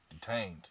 Detained